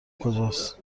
کجاست